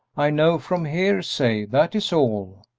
i know from hearsay, that is all,